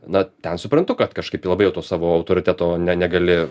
na ten suprantu kad kažkaip labai jau to savo autoriteto ne negali